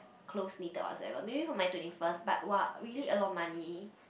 close knitted what's ever maybe for my twenty first but !wah! really a lot money